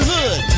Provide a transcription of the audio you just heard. Hood